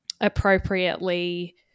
appropriately